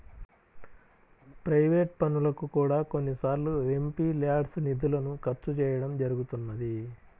private పనులకు కూడా కొన్నిసార్లు ఎంపీల్యాడ్స్ నిధులను ఖర్చు చేయడం జరుగుతున్నది